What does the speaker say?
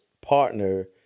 partner